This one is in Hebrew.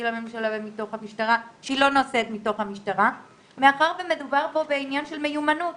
לממשלה ומתוך המשטרה מאחר ומדובר בעניין של מיומנות